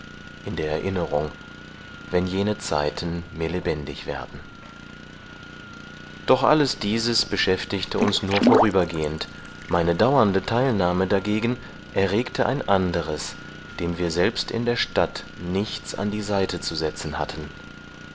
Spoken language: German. in der erinnerung wenn jene zeiten mir lebendig werden doch alles dieses beschäftigte uns nur vorübergehend meine dauernde teilnahme dagegen erregte ein anderes dem wir selbst in der stadt nichts an die seite zu setzen hatten